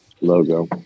logo